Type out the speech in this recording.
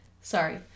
Sorry